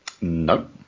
Nope